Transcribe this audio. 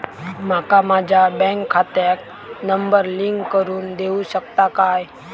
माका माझ्या बँक खात्याक नंबर लिंक करून देऊ शकता काय?